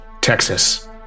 Texas